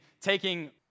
taking